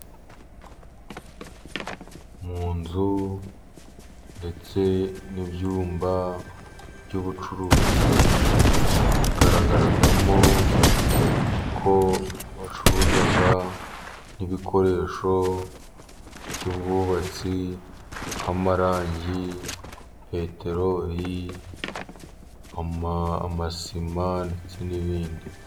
Mu nzu ndetse n'ibyumba by'ubucuruzi hagaragaramo ko bacuruza ibikoresho by'ubwubatsi, nk'amarangi, peteroli, amasima ndetse n'ibindi.